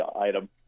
item